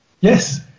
Yes